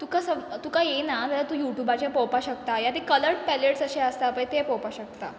तुका सम तुका येयना जाल्या तूं युटुबाचेर पवपा शकता हे आतां कलर्ड पॅलेट्स अशें आसता पय ते पोवपा शकता